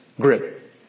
grip